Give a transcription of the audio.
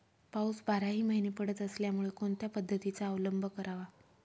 पाऊस बाराही महिने पडत असल्यामुळे कोणत्या पद्धतीचा अवलंब करावा?